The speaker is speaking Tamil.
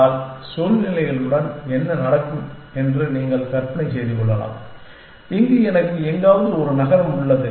ஆனால் சூழ்நிலைகளுடன் என்ன நடக்கும் என்று நீங்கள் கற்பனை செய்து கொள்ளலாம் இங்கு எனக்கு எங்காவது ஒரு நகரம் உள்ளது